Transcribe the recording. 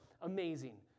amazing